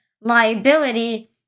liability